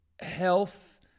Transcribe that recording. health